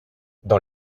dans